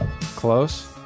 Close